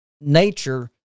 nature